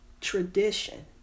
tradition